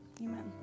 Amen